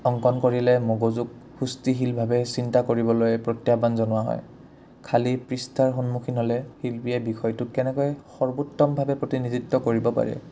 অংকন কৰিলে মগজুক সুস্থিশীলভাৱে চিন্তা কৰিবলৈ প্ৰত্যাহ্বান জনোৱা হয় খালী পৃষ্ঠাৰ সন্মুখীন হ'লে শিল্পীয়ে বিষয়টোক কেনেকৈ সৰ্বোত্তমভাৱে প্ৰতিনিধিত্ব কৰিব পাৰে